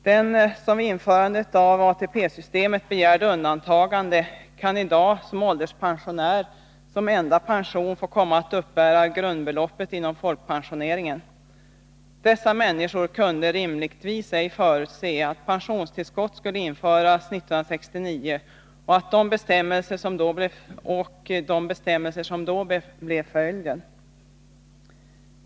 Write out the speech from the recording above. Den som vid införandet av ATP-systemet begärde undantagande kan i dag som ålderspensionär komma att uppbära grundbeloppet inom folkpensioneringen som enda pension. Dessa människor kunde rimligtvis ej förutse att pensionstillskott skulle införas 1969 och inte heller de bestämmelser som då blev följden.